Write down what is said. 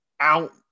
out